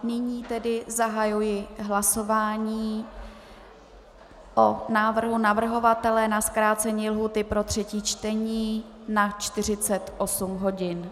Nyní zahajuji hlasování o návrhu navrhovatele na zkrácení lhůty pro třetí čtení na 48 hodin.